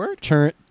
turn